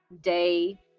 day